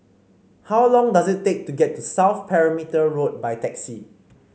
how long does it take to get to South Perimeter Road by taxi